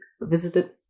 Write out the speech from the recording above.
visited